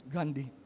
Gandhi